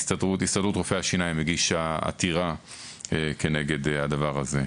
הסתדרות רופאי השיניים הגישה עתירה נגד הדבר הזה.